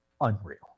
unreal